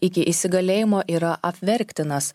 iki įsigalėjimo yra apverktinas